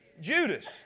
Judas